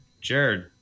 Jared